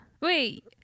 Wait